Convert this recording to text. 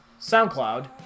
SoundCloud